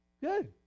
Good